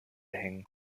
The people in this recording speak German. hängen